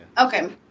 Okay